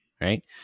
right